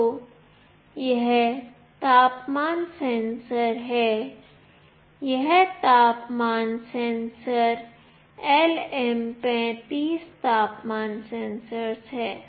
तो यह तापमान सेंसर है यह तापमान सेंसर LM35 तापमान सेंसर है